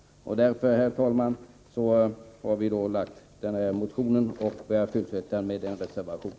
Det är därför vi har väckt vår motion, som vi också har följt upp med en reservation.